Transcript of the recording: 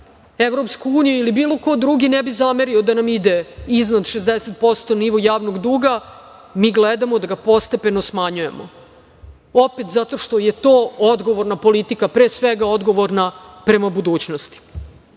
MMF, EU ili bilo ko drugi, da nam ide iznad 60% nivo javnog duga, mi gledamo da ga postepeno smanjujemo zato što je to odgovorna politika, pre svega odgovorna prema budućnosti. Šta